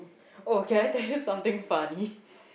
oh can I tell you something funny